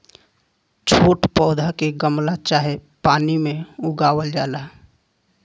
छोट पौधा के गमला चाहे पन्नी में उगावल जाला